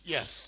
Yes